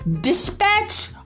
dispatch